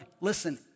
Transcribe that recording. listen